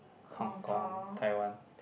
hong-kong Taiwan